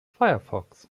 firefox